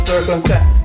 Circumstance